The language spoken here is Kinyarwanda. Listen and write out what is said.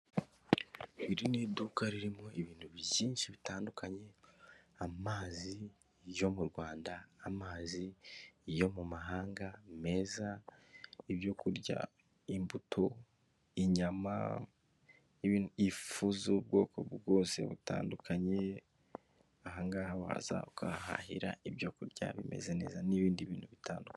Iri ni iduka ririmo ibintu byinshi bitandukanye amazi yo mu Rwanda, amazi yo mu mahanga meza ibyo kurya, imbuto, inyama, ifu z'ubwoko bwose butandukanye. Ahangaha waza ukahahira ibyo kurya bimeze neza n'ibindi bintu bitandukanye.